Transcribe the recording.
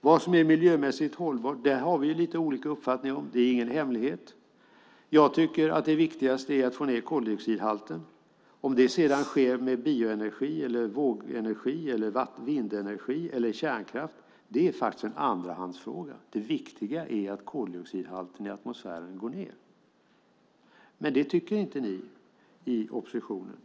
Vad som är miljömässigt hållbart har vi lite olika uppfattningar om - det är ingen hemlighet. Jag tycker att det viktigaste är att få ned koldioxidhalten. Om det sedan sker med hjälp av bioenergi, vågenergi, vindenergi eller kärnkraft är en andrahandsfråga. Det viktiga är att koldioxidhalten i atmosfären går ned. Det tycker inte ni i oppositionen.